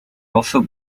also